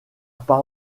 pas